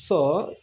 so